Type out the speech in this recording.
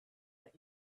let